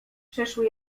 przeszły